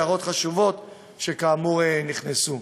הערות חשובות שכאמור נכנסו.